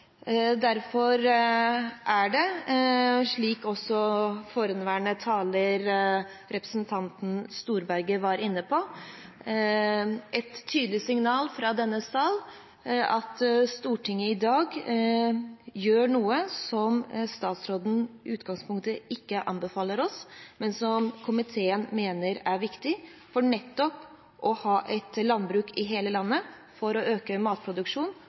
Derfor er det, slik også foregående taler, representanten Storberget, var inne på, et tydelig signal fra denne sal at Stortinget i dag gjør noe som statsråden i utgangspunktet ikke anbefaler oss, men som komiteen mener er viktig for å ha et landbruk i hele landet og slik øke matproduksjonen.